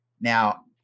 Now